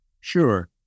Sure